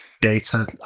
data